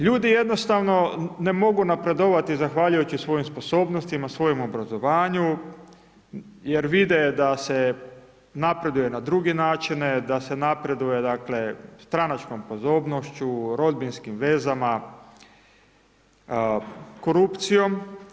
Ljudi jednostavno ne mogu napredovati svojim sposobnostima, svojem obrazovanju jer vide da se napreduje na druge načine, da se napreduje dakle stranačkom podobnošću, rodbinskim vezama, korupcijom.